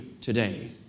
today